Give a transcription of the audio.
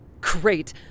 Great